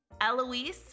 Eloise